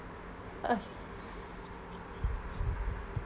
okay